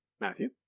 Matthew